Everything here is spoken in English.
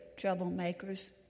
troublemakers